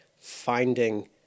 finding